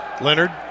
Leonard